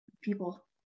people